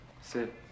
Sit